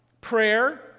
Prayer